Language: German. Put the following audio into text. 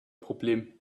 problem